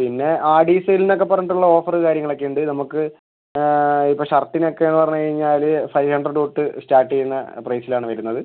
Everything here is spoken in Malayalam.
പിന്നെ ആടി സെയിൽ എന്ന് ഒക്കെ പറഞ്ഞിട്ട് ഉള്ള ഓഫർ കാര്യങ്ങൾ ഒക്കെ ഉണ്ട് നമുക്ക് ഇപ്പം ഷർട്ടിനൊക്കെ എന്ന് പറഞ്ഞ് കഴിഞ്ഞാൽ ഫൈവ് ഹണ്ട്രഡ് തൊട്ട് സ്റ്റാർട്ട് ചെയ്യുന്ന പ്രൈസിൽ ആണ് വരുന്നത്